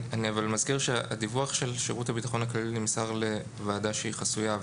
אני מזכיר שהדיווח של שירות הביטחון הכללי נמסר לוועדה שהיא חסויה.